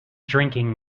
drinking